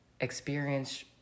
experience